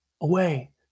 away